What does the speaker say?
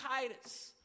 Titus